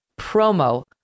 promo